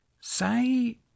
Say